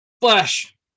Flash